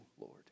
Lord